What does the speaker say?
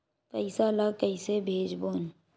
पईसा ला कइसे भेजबोन?